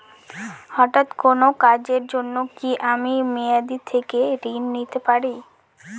হঠাৎ কোন কাজের জন্য কি আমি মেয়াদী থেকে ঋণ নিতে পারি?